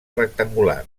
rectangular